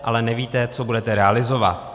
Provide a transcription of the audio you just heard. Ale nevíte, co budete realizovat.